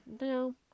no